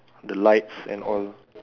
oh the lights and all